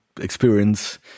experience